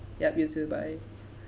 yup you too bye